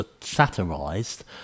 satirised